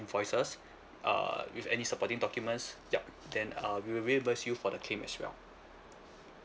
invoices uh with any supporting documents yup then uh we'll reimburse you for the claim as well